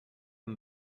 and